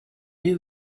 new